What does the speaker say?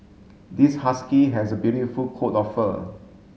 this husky has a beautiful coat of fur